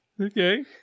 Okay